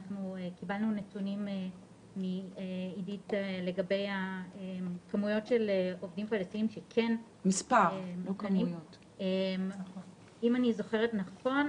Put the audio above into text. קיבלנו נתונים מעדית לגבי מספר העובדים הפלסטינים אם אני זוכרת נכון,